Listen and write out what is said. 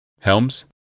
Helms